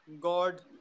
God